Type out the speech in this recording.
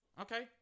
Okay